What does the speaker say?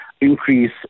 increase